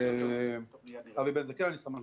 אנחנו,